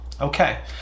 Okay